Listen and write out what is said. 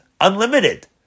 Unlimited